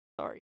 sorry